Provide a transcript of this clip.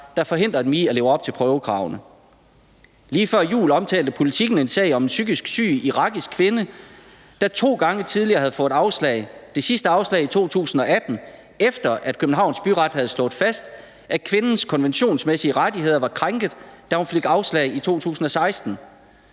der forhindrer dem i at leve op til prøvekravene. Lige før jul omtalte Politiken en sag om en psykisk syg irakisk kvinde, der to gange tidligere havde fået afslag, det sidste afslag i 2018, efter at Københavns Byret havde slået fast, at kvindens konventionsmæssige rettigheder var krænket, da hun fik afslag i 2016.